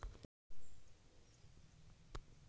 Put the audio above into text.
వరి నాటుకు ఎటువంటి యంత్రాలను ఉపయోగించాలే?